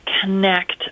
connect